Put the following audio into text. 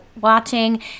watching